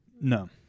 No